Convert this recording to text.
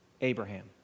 Abraham